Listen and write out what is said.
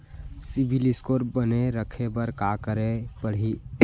CIBIL score बने रखे बर का करे पड़ही?